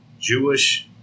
Jewish